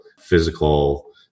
physical